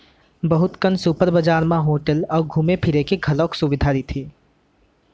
बहुत कन सुपर बजार म होटल अउ घूमे फिरे के घलौक सुबिधा होथे